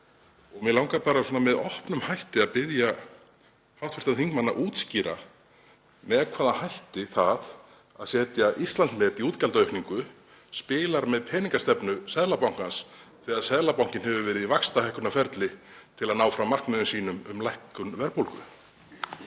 Mig langar með opnum hætti að biðja hv. þingmann að útskýra með hvaða hætti það að setja Íslandsmet í útgjaldaaukningu spilar með peningastefnu Seðlabankans þegar Seðlabankinn hefur verið í vaxtahækkunarferli til að ná fram markmiðum sínum um lækkun verðbólgu.